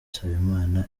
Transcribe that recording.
nsabimana